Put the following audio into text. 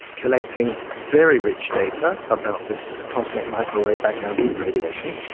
collecting very rich data about this cosmic microwave background heat radiation.